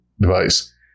device